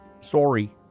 Sorry